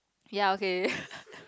ya okay